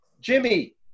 Jimmy